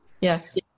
Yes